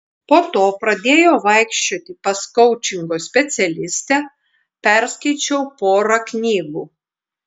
po to pradėjau vaikščioti pas koučingo specialistę perskaičiau porą knygų